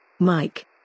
Mike